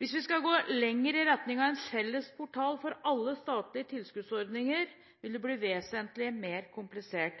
Hvis vi skal gå lenger i retning av en felles portal for alle statlige tilskuddsordninger, vil det bli vesentlig mer komplisert.